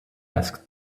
asked